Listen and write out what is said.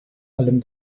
allem